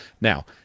Now